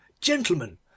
Gentlemen